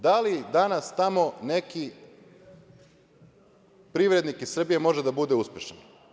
Da li danas tamo neki privrednik iz Srbije može da bude uspešan?